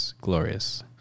Glorious